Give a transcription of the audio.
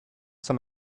some